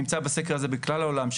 נמצא בסקר הזה מכלל העולם,